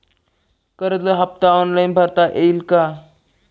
कर्ज हफ्ता ऑनलाईन भरता येईल का?